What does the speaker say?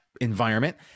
environment